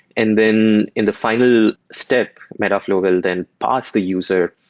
and then in the final step, metaflow will then parse the user.